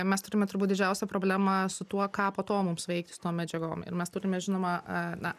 mes turime turbūt didžiausią problemą su tuo ką po to mums veikti su tom medžiagom ir mes turime žinoma na